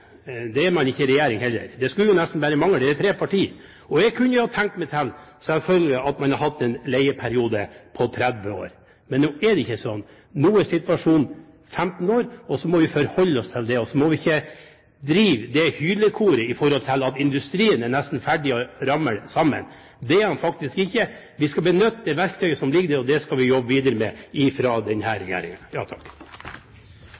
Det er man ikke i regjeringen heller. Det skulle nesten bare mangle – det er tre partier. Jeg kunne selvfølgelig tenkt meg at man hadde hatt en leieperiode på 30 år, men nå er det ikke slik. Nå er situasjonen 15 år, og det må vi forholde oss til. Så må vi ikke drive det hylekoret om at industrien er nesten ferdig til å ramle sammen. Det er den faktisk ikke. Vi skal benytte det verktøyet som ligger der, og det skal vi jobbe videre med fra denne regjeringen. Like før valget i 2009 var representantene for den